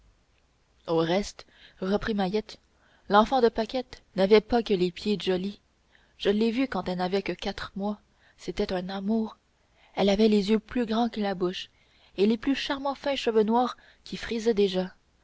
au reste reprit mahiette l'enfant de paquette n'avait pas que les pieds de joli je l'ai vue quand elle n'avait que quatre mois c'était un amour elle avait les yeux plus grands que la bouche et les plus charmants fins cheveux noirs qui frisaient déjà